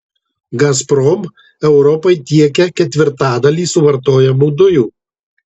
gazprom europai tiekia ketvirtadalį suvartojamų dujų